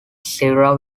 sierra